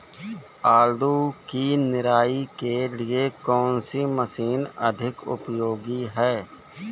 आलू की निराई के लिए कौन सी मशीन अधिक उपयोगी है?